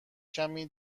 کمکی